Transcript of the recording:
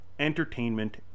entertainment